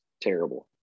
terrible